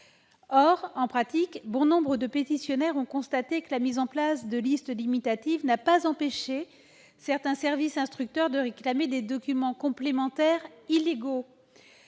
Or, en pratique, bon nombre de pétitionnaires ont constaté que l'établissement de listes limitatives n'a pas empêché certains services instructeurs de réclamer des documents complémentaires de